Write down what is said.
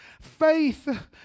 faith